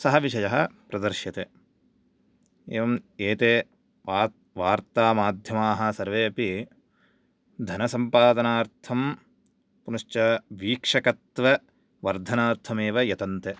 सः विषयः प्रदर्श्यते एवं एते वार् वार्तामाध्यमाः सर्वे अपि धनसम्पादनार्थं पुनश्च वीक्षकत्ववर्धनार्थं एव यतन्ते